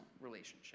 relationship